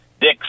Dick's